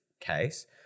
case